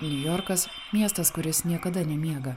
niujorkas miestas kuris niekada nemiega